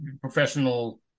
professional